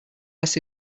less